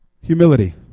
Humility